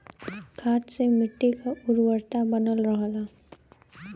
खाद से मट्टी क उर्वरता बनल रहला